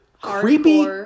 creepy